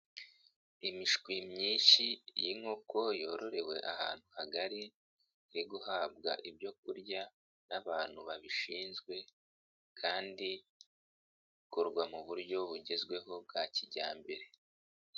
Imishwi myinshi y'inkoko yororewe ahantu hagari, iri guhabwa ibyo kurya n'abantu babishinzwe kandi ikorwa mu buryo bugezweho bwa kijyambere.